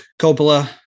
coppola